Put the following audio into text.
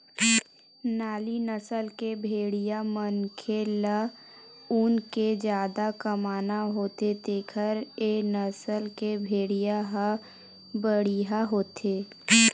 नाली नसल के भेड़िया मनखे ल ऊन ले जादा कमाना होथे तेखर ए नसल के भेड़िया ह बड़िहा होथे